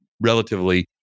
relatively